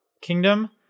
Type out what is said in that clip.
kingdom